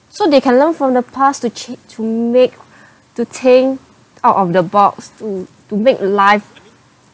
so they can learn from the past to change to make to think out of the box to to make life